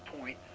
point